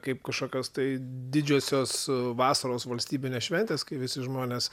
kaip kažkokios tai didžiosios vasaros valstybinės šventės kai visi žmonės